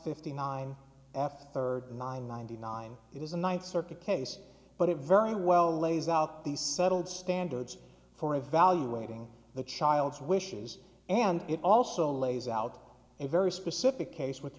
fifty nine off thirty nine ninety nine it is a ninth circuit case but it very well lays out the settled standards for evaluating the child's wishes and it also lays out a very specific case with